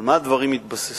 על מה הדברים התבססו?